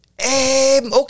Okay